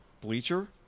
Bleacher